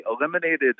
eliminated